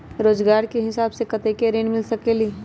रोजगार के हिसाब से कतेक ऋण मिल सकेलि?